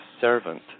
servant